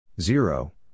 Zero